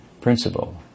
principle